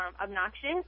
obnoxious